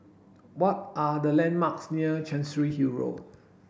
what are the landmarks near Chancery Hill Road